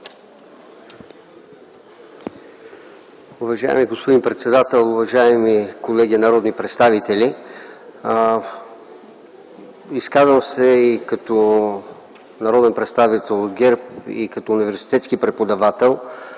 Уважаеми господин председател, уважаеми колеги народни представители! Изказвам се и като народен представител от ГЕРБ, и като университетски преподавател,